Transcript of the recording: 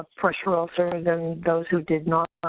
pressure ulcers than those who did not.